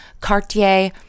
Cartier